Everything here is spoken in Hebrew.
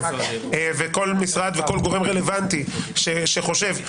כל משרד וכל גורם רלוונטי שחושב.